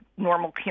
normal